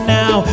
now